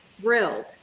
thrilled